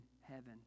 heaven